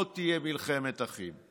לא תהיה מלחמת אחים.